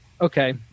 okay